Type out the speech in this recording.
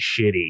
shitty